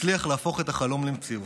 יצליח להפוך את החלום למציאות,